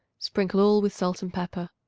sprinkle all with salt and pepper.